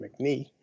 Mcnee